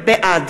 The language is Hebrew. בעד